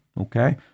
Okay